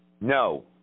No